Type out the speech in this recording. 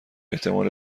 احتمال